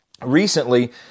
Recently